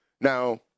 Now